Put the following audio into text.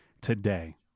today